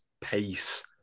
pace